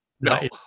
No